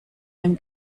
dem